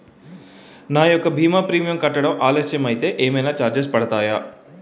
నా యెక్క భీమా ప్రీమియం కట్టడం ఆలస్యం అయితే ఏమైనా చార్జెస్ పడతాయా?